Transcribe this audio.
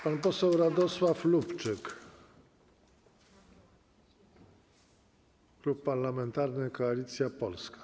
Pan poseł Radosław Lubczyk, Klub Parlamentarny Koalicja Polska.